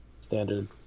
standard